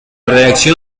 reacción